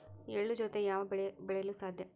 ಎಳ್ಳು ಜೂತೆ ಯಾವ ಬೆಳೆ ಬೆಳೆಯಲು ಸಾಧ್ಯ?